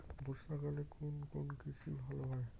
বর্ষা কালে কোন কোন কৃষি ভালো হয়?